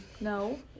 No